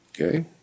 Okay